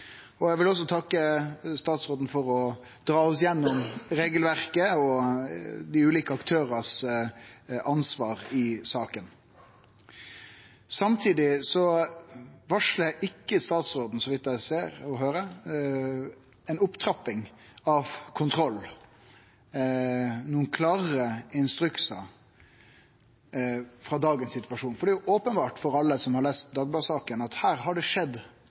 ansvaret. Eg vil også takke statsråden for å ta oss gjennom regelverket og dei ulike aktørane sitt ansvar i saka. Samtidig varslar ikkje statsråden, så vidt eg ser og høyrer, ei opptrapping av kontrollen og klarare instruksar i situasjonen vi har i dag. Det er openbert for alle som har lese saka i Dagbladet, at her har det skjedd